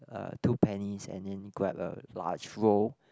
uh two pennies and then grab a large roll